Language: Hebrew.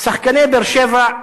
שחקני באר-שבע,